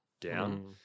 down